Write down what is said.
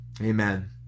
Amen